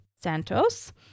Santos